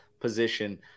position